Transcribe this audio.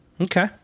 Okay